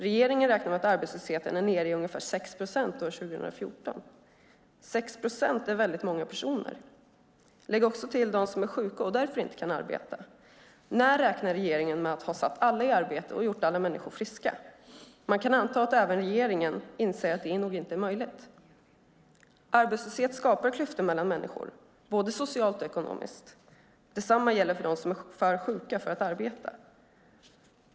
Regeringen räknar med arbetslösheten kommer att vara nere i ungefär 6 procent år 2014. 6 procent är väldigt många personer. Lägg också till dem som är sjuka och därför inte kan arbeta! När räknar regeringen med att ha satt alla i arbete och gjort alla människor friska? Man kan anta att även regeringen inser att det nog inte är möjligt. Arbetslöshet skapar klyftor mellan människor, både sociala och ekonomiska. Detsamma gäller för dem som är för sjuka för att arbeta.